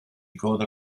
coda